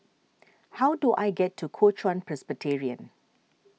how do I get to Kuo Chuan Presbyterian